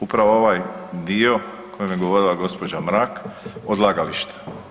Upravo ovaj dio o kojem je govorila gospođa Mrak odlagališta.